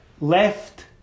left